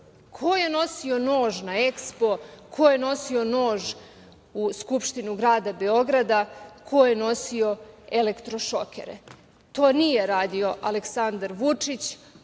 ko je nosio nož na Ekspo, ko je nosio nož u Skupštinu grada Beograda, ko je nosio elektro-šokere. To nije radio Aleksandar Vučić,